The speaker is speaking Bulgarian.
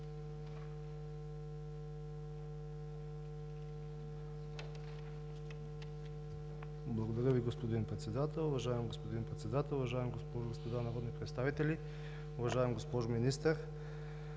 Благодаря Ви, господин Председател. Уважаеми господин Председател, уважаеми госпожи и господа народни представители! Уважаема госпожо Министър,